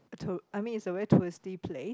tour I mean it's a very touristy place